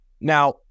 Now